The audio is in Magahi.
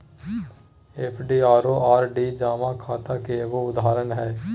एफ.डी आरो आर.डी जमा खाता के एगो उदाहरण हय